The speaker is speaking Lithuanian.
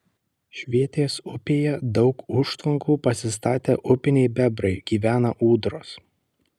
švėtės upėje daug užtvankų pasistatę upiniai bebrai gyvena ūdros